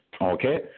okay